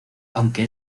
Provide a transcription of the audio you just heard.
aunque